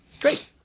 Great